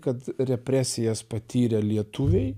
kad represijas patyrę lietuviai